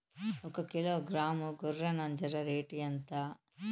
ఒకకిలో గ్రాము గొర్రె నంజర రేటు ఎంత?